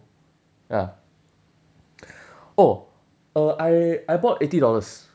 ya oh uh I I bought eighty dollars